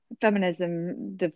feminism